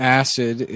acid